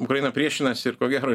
ukraina priešinasi ir ko gero